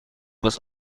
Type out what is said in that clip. was